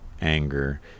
Anger